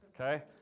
okay